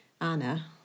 Anna